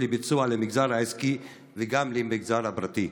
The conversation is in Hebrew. לביצוע למגזר העסקי וגם למגזר הפרטי.